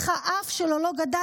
האף שלו לא גדל,